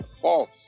False